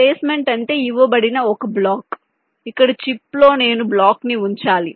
placement అంటే ఇవ్వబడిన ఒక బ్లాక్ ఇక్కడ చిప్లో నేను బ్లాక్ ని ఉంచాలి